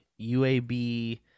uab